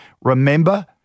Remember